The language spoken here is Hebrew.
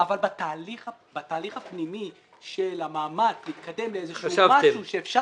אבל בתהליך הפנימי של המאמץ להתקדם למשהו שאפשר